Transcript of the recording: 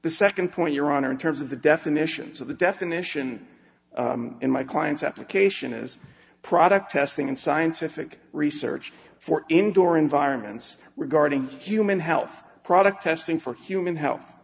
the second point your honor in terms of the definitions of the definition in my client's application is product testing and scientific research for indoor environments regarding human health product testing for human he